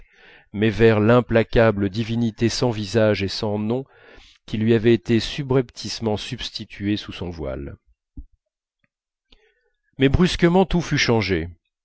mais vers l'implacable divinité sans visage et sans nom qui lui avait été subrepticement substituée sous son voile mais brusquement tout fut changé